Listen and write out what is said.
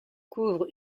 couvre